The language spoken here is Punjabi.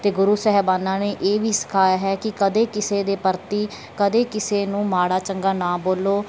ਅਤੇ ਗੁਰੂ ਸਾਹਿਬਾਨਾਂ ਨੇ ਇਹ ਵੀ ਸਿਖਾਇਆ ਹੈ ਕਿ ਕਦੇ ਕਿਸੇ ਦੇ ਪ੍ਰਤੀ ਕਦੇ ਕਿਸੇ ਨੂੰ ਮਾੜਾ ਚੰਗਾ ਨਾ ਬੋਲੋ